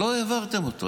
לא העברתם אותו.